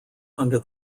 under